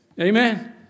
Amen